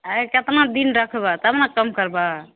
ऑंय केतना दिन रखबै तब ने कम करबऽ